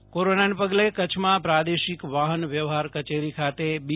ઓ કોરોનાને પગલે કચ્છમાં પ્રાદેશિક વાહન વ્યવહાર કચેરી ખાતે બી